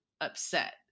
upset